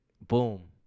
boom